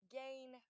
gain